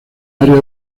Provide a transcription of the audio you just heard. áreas